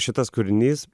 šitas kūrinys